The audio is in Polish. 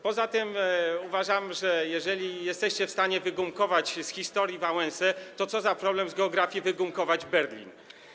Poza tym uważam, że jeżeli jesteście w stanie wygumkować z historii Wałęsę, to co to za problem z geografii wygumkować Berlin?